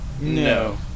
No